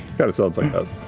kind of sounds like us.